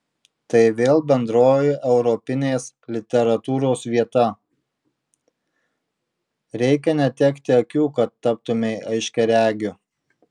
tai vėl bendroji europinės literatūros vieta reikia netekti akių kad taptumei aiškiaregiu